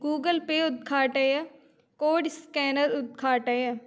Google Pay उद्घाटय code scanner उद्घाटय